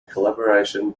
collaboration